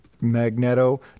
magneto